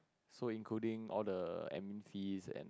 so including all the admin fees and